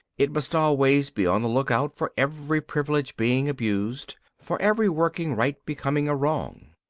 it must always be on the look out for every privilege being abused, for every working right becoming a wrong.